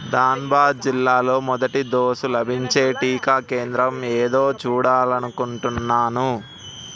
ధాన్బాద్ జిల్లాలో మొదటి డోసు లభించే టీకా కేంద్రం ఏదో చూడాలనుకుంటున్నాను